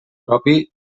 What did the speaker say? propi